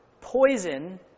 poison